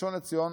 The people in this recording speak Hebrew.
הראשון לציון